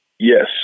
Yes